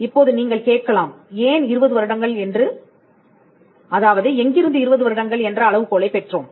இப்போது நீங்கள் கேட்கலாம் ஏன் 20 வருடங்கள் என்று அதாவது எங்கிருந்து 20 வருடங்கள் என்ற அளவுகோலைப் பெற்றோம்